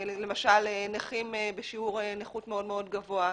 למשל, נכים בשיעור נכות מאוד מאוד גבוה,